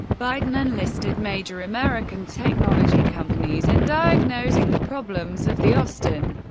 biden enlisted major american technology companies in diagnosing the problems of the austin,